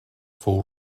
fou